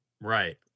Right